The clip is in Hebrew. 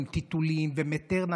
עם טיטולים ומטרנה,